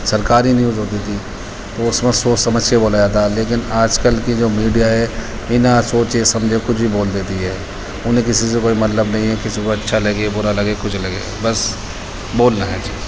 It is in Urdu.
سرکاری نیوز ہوتی تھی تو وہ اس میں سوچ سمجھ کے بولا جاتا لیکن آج کل کی جو میڈیا ہے بنا سوچے سمجھے کچھ بھی بول دیتی ہے انہیں کسی سے کوئی مطلب نہیں ہے کسی کو اچھا لگے برا لگے کچھ لگے بس بولنا ہے